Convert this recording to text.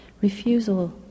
Refusal